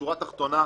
בשורה התחתונה,